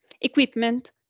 Equipment